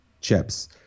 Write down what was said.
chips